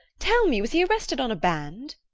tell me, was he arrested on a band?